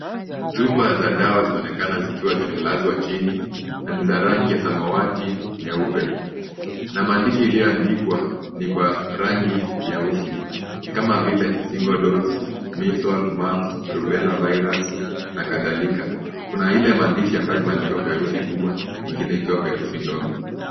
Chupa za dawa zinaonekana zikiwa zimelazwa chini na ni za rangi ya samawati nyeupe. Kuna maandishi iliyoandikwa ni kwa rangi nyeusi kama vile single dose measles, mumps rubela virus na kadhalika. Kuna ile maadishi ambayo imeandikwa kwa herufi kubwa ingine ikiwa kwa herufi ndogo.